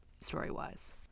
story-wise